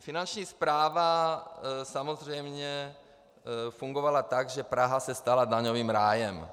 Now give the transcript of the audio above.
Finanční správa samozřejmě fungovala tak, že Praha se stala daňovým rájem.